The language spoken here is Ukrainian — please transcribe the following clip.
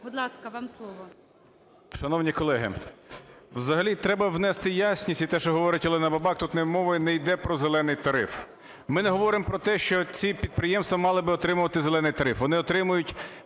ЧИЖМАРЬ Ю.В. Шановні колеги, взагалі треба внести ясність. І те, що говорить Олена Бабак, тут мова не йде про "зелений" тариф. Ми не говоримо про те, що ці підприємства мали би отримувати "зелений" тариф. Вони отримують